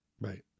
Right